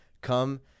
come